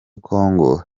kongo